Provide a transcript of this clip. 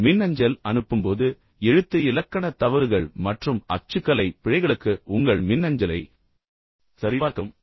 எனவே நீங்கள் இறுதியாக மின்னஞ்சல் அனுப்பும்போது எழுத்து இலக்கண தவறுகள் மற்றும் அச்சுக்கலை பிழைகளுக்கு உங்கள் மின்னஞ்சலை சரிபார்க்கவும்